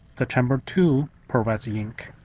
the chamber two provides the ink.